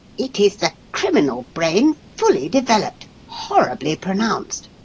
it is the criminal brain fully developed, horribly pronounced.